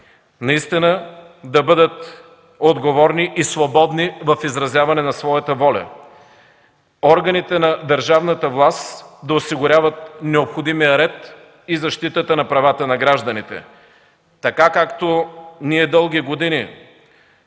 наистина да бъдат отговорни и свободни в изразяване на своята воля. Органите на държавната власт да осигуряват необходимия ред и защитата на правата на гражданите. Така както ние дълги години